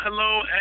Hello